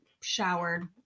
showered